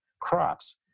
crops